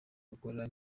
gukora